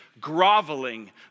groveling